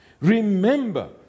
Remember